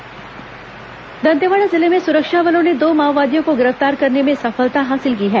माओवादी गिरफ्तार दंतेवाड़ा जिले में सुरक्षा बलों ने दो माओवादियों को गिरफ्तार करने में सफलता हासिल की है